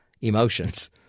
emotions